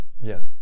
yes